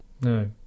No